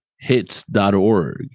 Hits.org